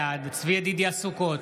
בעד צבי ידידיה סוכות,